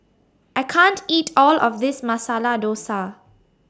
I can't eat All of This Masala Dosa